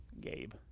Gabe